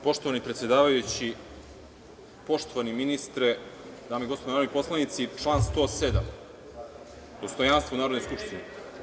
Poštovani predsedavajući, poštovani ministre, dame i gospodo narodni poslanici, član 107. – dostojanstvo Narodne skupštine.